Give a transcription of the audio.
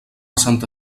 santa